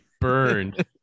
burned